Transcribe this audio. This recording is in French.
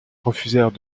refusèrent